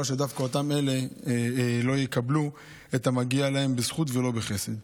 שדווקא אלה לא יקבלו את המגיע להם בזכות ולא בחסד.